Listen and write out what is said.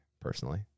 personally